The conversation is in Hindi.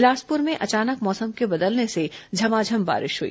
बिलासपुर में अचानक मौसम के बदलने से झमाझम बारिश हुई